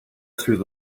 through